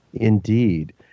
Indeed